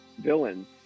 villains